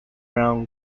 brown